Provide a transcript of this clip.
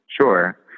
Sure